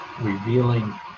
revealing